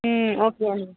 ம் ஓகே